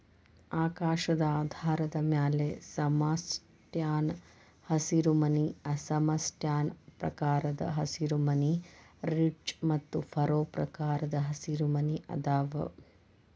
ಆಕಾರದ ಆಧಾರದ ಮ್ಯಾಲೆ ಸಮಸ್ಪ್ಯಾನ್ ಹಸಿರುಮನಿ ಅಸಮ ಸ್ಪ್ಯಾನ್ ಪ್ರಕಾರದ ಹಸಿರುಮನಿ, ರಿಡ್ಜ್ ಮತ್ತು ಫರೋ ಪ್ರಕಾರದ ಹಸಿರುಮನಿ ಅದಾವ